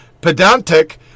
pedantic